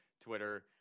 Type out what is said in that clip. Twitter